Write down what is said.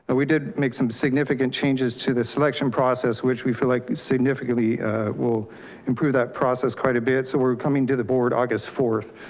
ah we did make some significant changes to the selection process, which we feel like significantly will improve that process quite a bit. so we're coming to the board august fourth,